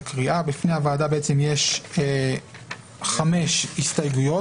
הצבעה אוסאמה, תמשיך בשלך, אלה רק הסתייגויות.